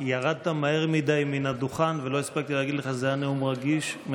ירדת מהר מדי מן הדוכן ולא הספקתי להגיד לך שזה היה נאום מרגש,